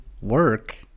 Work